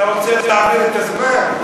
אתה רוצה להעביר את הזמן?